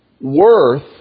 worth